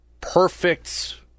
perfect